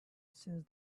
since